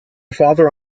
father